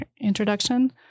introduction